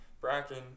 Bracken